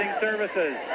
services